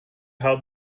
held